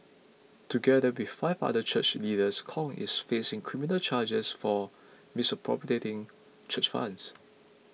together with five other church leaders Kong is facing criminal charges for misappropriating church funds